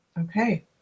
Okay